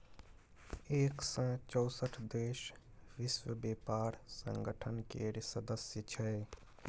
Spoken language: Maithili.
एक सय चौंसठ देश विश्व बेपार संगठन केर सदस्य छै